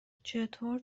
چطور